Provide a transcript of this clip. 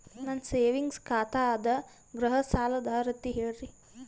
ನನ್ನ ಸೇವಿಂಗ್ಸ್ ಖಾತಾ ಅದ, ಗೃಹ ಸಾಲದ ಅರ್ಹತಿ ಹೇಳರಿ?